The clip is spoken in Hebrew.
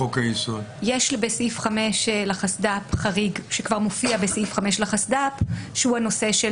יש בסעיף 5 לחסד"פ חריג שכבר מופיע בסעיף 5 לחסד"פ שהוא הנושא של